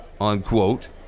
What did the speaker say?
unquote